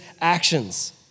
actions